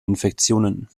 infektionen